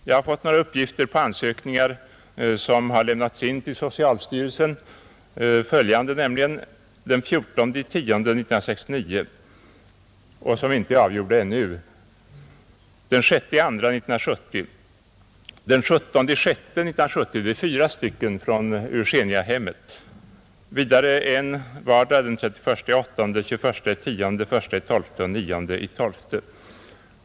Jag har fått några uppgifter om datum för ansökningar som har lämnats in till socialstyrelsen och som ännu inte är avgjorda, nämligen följande: den 14 2 1970, den 17 8, den 21 12 och den 9/12 1970.